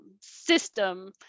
system